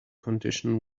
condition